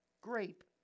grape